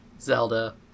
Zelda